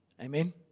Amen